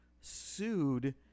sued